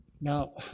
Now